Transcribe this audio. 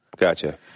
gotcha